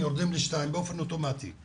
יורדים אוטומטית ל-2.